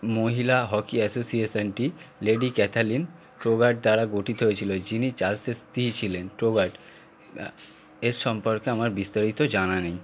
মহিলা হকি অ্যাসোসিয়েশনটি lady Kathleen Tover দ্বারা গঠিত হয়েছিল যিনি চার্লসের স্ত্রী ছিলেন টোভার এর সম্পর্কে আমার বিস্তারিত জানা নেই